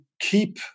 keep